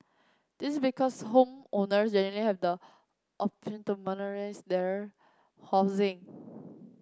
this is because homeowners generally have the option to monetise their housing